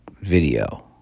video